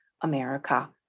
America